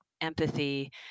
empathy